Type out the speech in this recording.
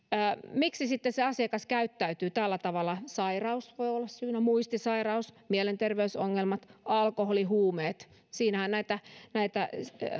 miksi sitten se asiakas käyttäytyy tällä tavalla sairaus voi olla syynä muistisairaus mielenterveysongelmat alkoholi huumeet näitä näitä